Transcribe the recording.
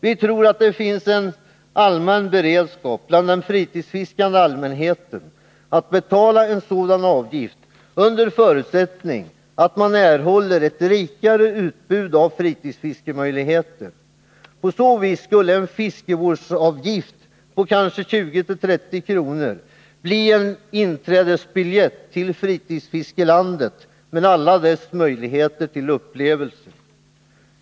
Vi tror att det finns en allmän beredskap hos den fritidsfiskande allmänheten att betala en sådan avgift, under förutsättning att man erhåller ett rikare utbud av fritidsfiskemöjligheter. På så sätt skulle en fiskevårdsavgift på kanske 20-30 kr. bli en inträdesbiljett till fritidsfiskelandet med alla dess möjligheter till upplevelser.